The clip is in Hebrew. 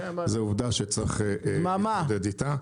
זה עובדה שצריך להתמודד איתה.